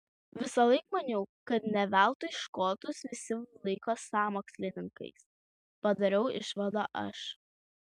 visąlaik maniau kad ne veltui škotus visi laiko sąmokslininkais padariau išvadą aš